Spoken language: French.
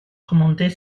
commandait